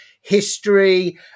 history